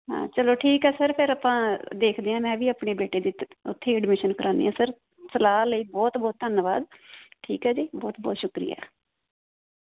ਹਾਂ ਚਲੋ ਠੀਕ ਹੈ ਸਰ ਫਿਰ ਆਪਾਂ ਦੇਖਦੇ ਹਾਂ ਮੈਂ ਵੀ ਆਪਣੇ ਬੇਟੇ ਦੀ ਅਤੇ ਉੱਥੇ ਐਡਮਿਸ਼ਨ ਕਰਵਾਉਂਦੀ ਹਾਂ ਸਰ ਸਲਾਹ ਲਈ ਬਹੁਤ ਬਹੁਤ ਧੰਨਵਾਦ ਠੀਕ ਹੈ ਜੀ ਬਹੁਤ ਬਹੁਤ ਸ਼ੁਕਰੀਆ